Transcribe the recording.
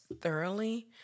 thoroughly